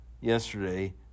yesterday